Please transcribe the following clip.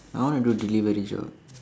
I want to do delivery job